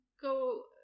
go